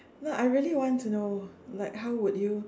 no I really want to know like how would you